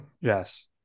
Yes